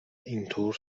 اینطور